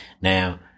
Now